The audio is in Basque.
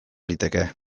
liteke